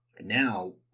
Now